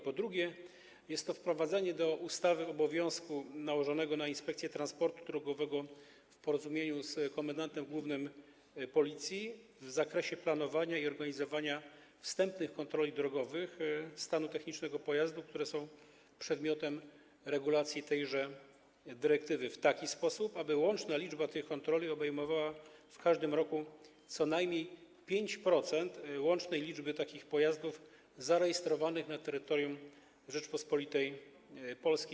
Po drugie, wprowadzenie obowiązku nałożonego na Inspekcję Transportu Drogowego w porozumieniu z komendantem głównym Policji w zakresie planowania i organizowania wstępnych kontroli drogowych stanu technicznego pojazdów, które są przedmiotem regulacji tejże dyrektywy, w taki sposób, aby łączna liczba tych kontroli obejmowała w każdym roku co najmniej 5% łącznej liczby takich pojazdów zarejestrowanych na terytorium Rzeczypospolitej Polskiej.